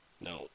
no